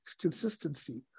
consistency